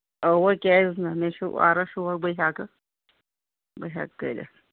اَوَہ کیازِ نہٕ مےٚ چھِ واریاہ شوق بہٕ ہٮ۪کہٕ بہٕ ہٮ۪کہٕ کٔرِتھ